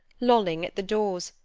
lolling at the doors,